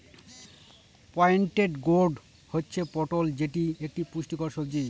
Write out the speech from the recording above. pointed gourd হচ্ছে পটল যেটি এক পুষ্টিকর সবজি